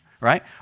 right